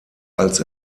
als